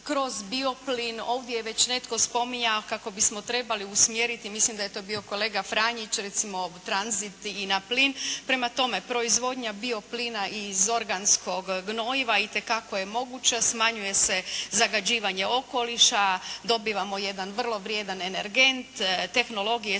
kroz bio plin. Ovdje je već netko spominjao kako bismo trebali usmjeriti, mislim da je to bio kolega Franić, recimo tranzit i na plin. Prema tome proizvodnja bio plina i iz organskog gnojiva itekako je moguća, smanjuje se zagađivanje okoliša, dobivamo jedan vrlo vrijedan energent, tehnologije su